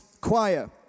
choir